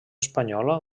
espanyola